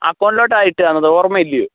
അക്കൗണ്ടിലോട്ടാണ് ഇട്ടു തന്നത് ഓർമ്മയില്ലയോ